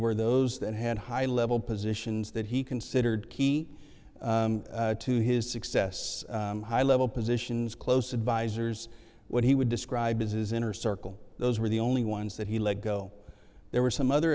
were those that had high level positions that he considered key to his success high level positions close advisors what he would describe as his inner circle those were the only ones that he let go there were some other